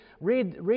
read